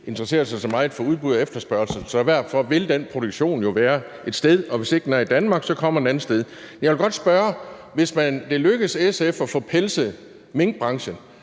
interesserer sig så meget for udbud og efterspørgsel. Men den efterspørgsel vil jo være et sted, og hvis ikke den er i Danmark, så kommer den et andet sted. Jeg vil godt spørge: Hvis det lykkes SF at få pelset minkbranchen,